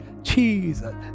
Jesus